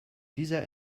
dieser